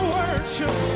worship